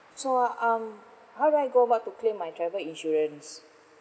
so um how do I go about to claim my travel insurance